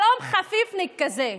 שלום חפיפניק כזה.